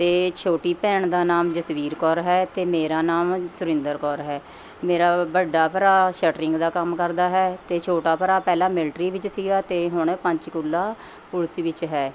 ਅਤੇ ਛੋਟੀ ਭੈਣ ਦਾ ਨਾਮ ਜਸਵੀਰ ਕੌਰ ਹੈ ਅਤੇ ਮੇਰਾ ਨਾਮ ਸੁਰਿੰਦਰ ਕੌਰ ਹੈ ਮੇਰਾ ਵੱਡਾ ਭਰਾ ਸ਼ਟਰਿੰਗ ਦਾ ਕੰਮ ਕਰਦਾ ਹੈ ਅਤੇ ਛੋਟਾ ਭਰਾ ਪਹਿਲਾਂ ਮਿਲਟਰੀ ਵਿੱਚ ਸੀਗਾ ਅਤੇ ਹੁਣ ਪੰਚਕੂਲਾ ਪੁਲਿਸ ਵਿੱਚ ਹੈ